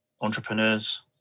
entrepreneurs